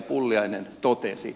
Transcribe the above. pulliainen totesi